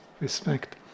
respect